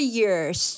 years